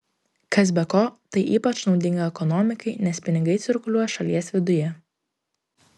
kas be ko tai ypač naudinga ekonomikai nes pinigai cirkuliuos šalies viduje